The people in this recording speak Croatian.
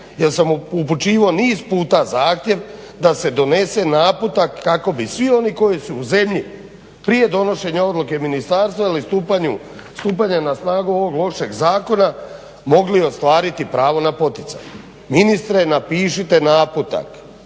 jer sam upućivao niz puta zahtjev da se donese naputak kako bi svi oni koji su u zemlji prije donošenja odluke ministarstva ili stupanja na snagu ovog lošeg zakona, mogli ostvariti pravo na poticaj. Ministre napišite naputak